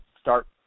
start